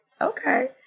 okay